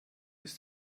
ist